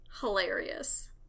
Hilarious